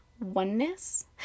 oneness